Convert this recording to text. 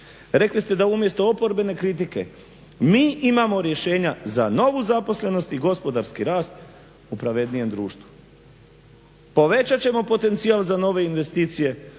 Rekli ste da umjesto oporbene kritike mi imamo rješenja za novu zaposlenost i gospodarski rast u pravednijem društvu. Povećat ćemo potencijal za nove investicije,